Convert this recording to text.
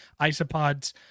isopods